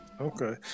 Okay